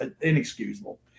Inexcusable